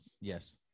yes